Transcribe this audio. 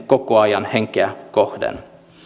koko ajan henkeä kohden